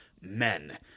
men